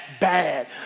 bad